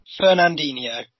Fernandinho